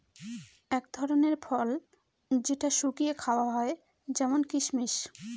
এক ধরনের ফল যেটা শুকিয়ে খাওয়া হয় যেমন কিসমিস